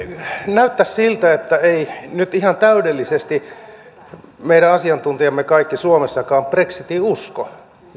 näyttäisi siltä että eivät nyt ihan täydellisesti meidän kaikki asiantuntijamme suomessakaan brexitiin usko